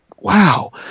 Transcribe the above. wow